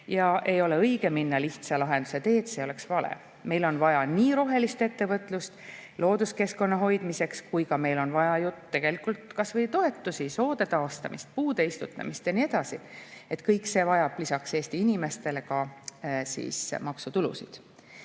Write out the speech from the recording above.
et ei ole õige minna lihtsa lahenduse teed – see oleks vale. Meil on vaja nii rohelist ettevõtlust looduskeskkonna hoidmiseks kui ka toetusi, kas või soode taastamist, puude istutamist ja nii edasi. Kõik see vajab lisaks Eesti inimestele maksutulusid.